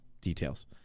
details